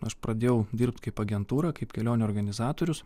aš pradėjau dirbt kaip agentūra kaip kelionių organizatorius